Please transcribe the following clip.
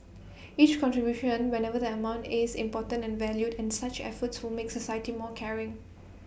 each contribution whatever the amount is important and valued and such efforts will make society more caring